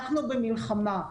אנחנו במלחמה.